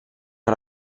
que